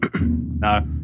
No